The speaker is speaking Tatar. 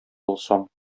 булсам